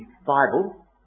Bible